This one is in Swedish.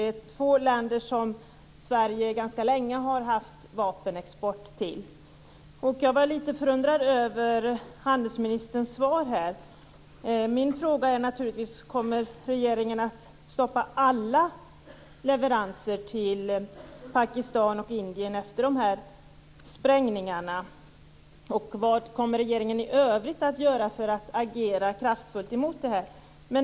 Det är två länder som Sverige ganska länge har haft vapenexport till. Jag var litet förundrad över handelsministerns svar tidigare. Min fråga är naturligtvis: Kommer regeringen att stoppa alla leveranser till Pakistan och Indien efter dessa sprängningar? Vad kommer regeringen i övrigt att göra för att agera kraftfullt mot detta?